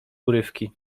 urywki